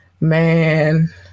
man